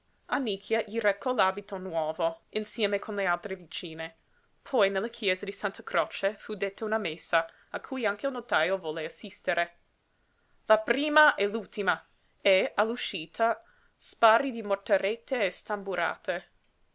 folla annicchia gli recò l'abito nuovo insieme con le altre vicine poi nella chiesa di santa croce fu detta una messa a cui anche il notajo volle assistere la prima e l'ultima e all'uscita spari di mortaretti e stamburate